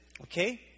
okay